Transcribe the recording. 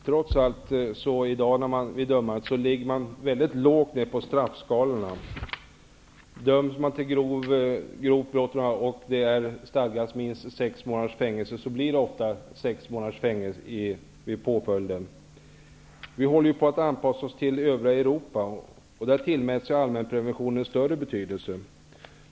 Fru talman! Vid dömande i dag ligger domstolarna trots allt väldigt lågt ner på straffskalorna. Döms någon till grovt brott, där det stadgas minst sex månaders fängelse, blir påföljden väldigt ofta sex månader. Sverige håller ju på att anpassas till övriga Europa. I Europa tillmäts allmänpreventionen större betydelse.